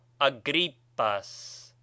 Agrippas